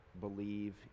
believe